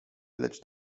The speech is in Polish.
lecz